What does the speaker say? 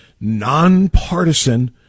nonpartisan